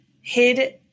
hid